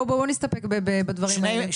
בוא נסתפק בדברים האלה,